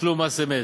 מתשלום מס אמת.